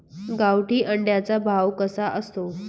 गावठी अंड्याचा भाव कसा असतो?